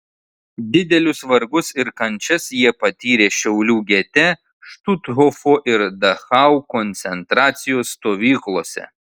didelius vargus ir kančias jie patyrė šiaulių gete štuthofo ir dachau koncentracijos stovyklose